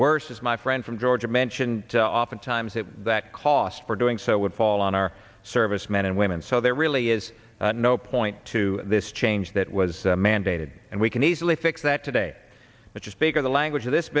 worse as my friend from georgia mentioned oftentimes that that cost for doing so would fall on our servicemen and women so there really is no point to this change that was mandated and we can easily fix that today but just bigger the language of this